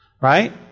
Right